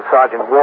Sergeant